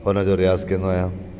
हुन जो रियाज़ कंदो आहियां